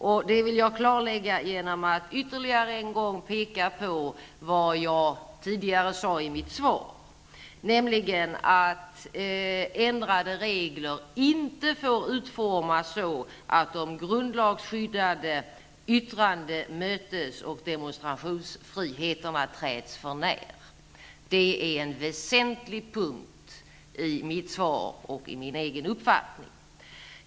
Jag vill klarlägga detta genom att ytterligare en gång peka på vad jag sade i mitt svar, nämligen att ändrade regler inte får utformas så att de grundlagsskyddade yttrande-, mötes och demonstrationsfriheterna träds för när. Det är en väsentligt punkt i mitt svar och i min egen uppfattning.